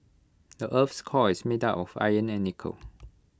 the Earth's core is made of iron and nickel